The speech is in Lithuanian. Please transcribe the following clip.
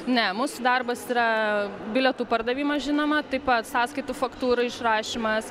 ne mūsų darbas yra bilietų pardavimas žinoma taip pat sąskaitų faktūrų išrašymas